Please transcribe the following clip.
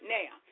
now